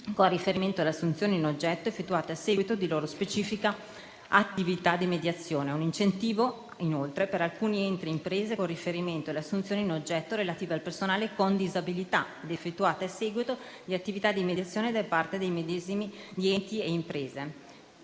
con riferimento alle assunzioni in oggetto effettuate a seguito di loro specifica attività di mediazione; un incentivo per alcuni enti e imprese, con riferimento alle assunzioni in oggetto relative a persone con disabilità ed effettuate a seguito di attività di mediazione da parte dei medesimi enti o imprese.